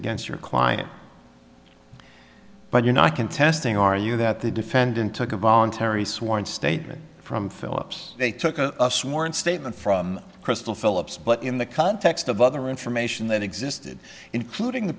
against your client but you're not contesting are you that the defendant took a voluntary sworn statement from philips they took a sworn statement from crystal phillips but in the context of other information that existed including the